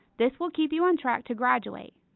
this will keep you on track to graduate.